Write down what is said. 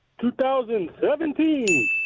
2017